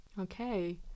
Okay